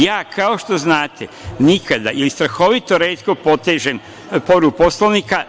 Ja, kao što znate, nikada ili strahovito retko potežem povredu Poslovnika.